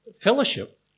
fellowship